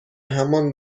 همان